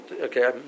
okay